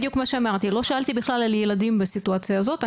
לא שאלתי בכלל על ילדים בסיטואציה הזאת,